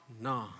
No